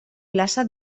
plaça